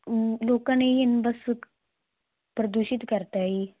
ਲੋਕਾਂ ਨੇ ਜੀ ਬਸ ਪ੍ਰਦੂਸ਼ਿਤ ਕਰਤਾ ਜੀ